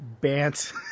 bant